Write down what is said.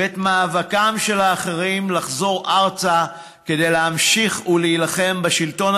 ואת מאבקם של האחרים לחזור ארצה כדי להמשיך להילחם בשלטון